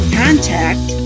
contact